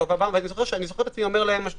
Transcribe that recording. אמרתי להם את זה